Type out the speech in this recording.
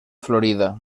florida